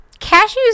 Cashews